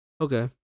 Okay